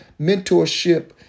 mentorship